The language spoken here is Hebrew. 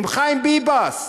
עם חיים ביבס,